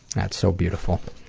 that's so beautiful.